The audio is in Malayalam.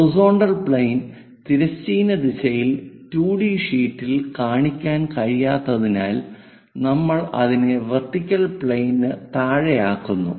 ഹൊറിസോണ്ടൽ പ്ലെയിൻ തിരശ്ചീന ദിശയിൽ 2 ഡി ഷീറ്റിൽ കാണിക്കാൻ കഴിയാത്തതിനാൽ നമ്മൾ അതിനെ വെർട്ടിക്കൽ പ്ലെയിനിന് താഴെയാക്കുന്നു